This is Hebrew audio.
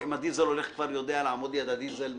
זה עם הדיזל כבר יודע לעמוד ליד הדיזל מלכתחילה.